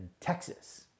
Texas